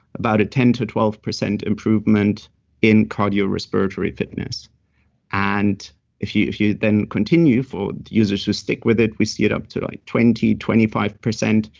about ten to twelve percent improvement in cardiorespiratory fitness and if you if you then continue for users who stick with it, we see it up to like twenty, twenty five percent,